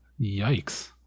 Yikes